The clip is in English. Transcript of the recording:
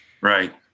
Right